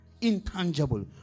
intangible